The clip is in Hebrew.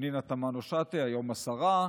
פנינה תמנו שטה, היום השרה,